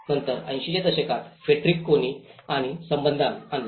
नंतर 80 च्या दशकात फ्रेडरिक कोनी आणि संबंध आणले